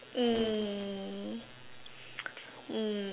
mm mm